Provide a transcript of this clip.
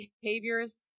behaviors